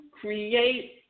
create